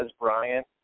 Bryant